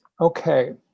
Okay